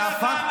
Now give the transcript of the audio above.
קושניר,